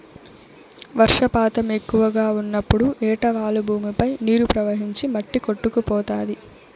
వర్షపాతం ఎక్కువగా ఉన్నప్పుడు ఏటవాలు భూమిపై నీరు ప్రవహించి మట్టి కొట్టుకుపోతాది